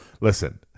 Listen